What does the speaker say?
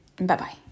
Bye-bye